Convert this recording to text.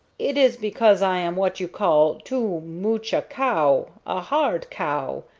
it is because i am what you call too mooch a cow a hard cow.